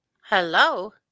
hello